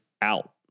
out